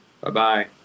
Bye-bye